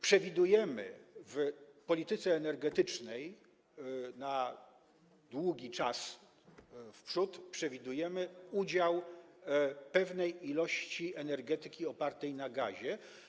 Przewidujemy w polityce energetycznej, na długi czas w przód przewidujemy udział pewnej ilości energetyki opartej na gazie.